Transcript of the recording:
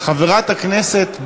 חברת הכנסת,